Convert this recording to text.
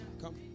Come